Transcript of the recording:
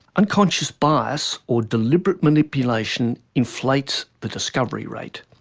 unconscious bias or deliberate manipulation inflates the discovery rate.